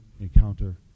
encounter